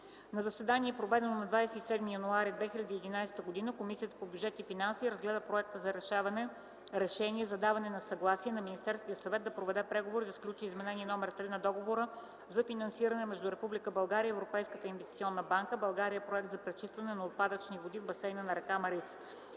На заседание, проведено на 27 януари 2011 г., Комисията по бюджет и финанси разгледа Проекта за решение за даване на съгласие Министерският съвет да проведе преговори и да сключи Изменение № 3 на Договора за финансиране между Република България и Европейската инвестиционна банка (България – проект за пречистване на отпадъчни води в басейна на река